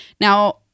now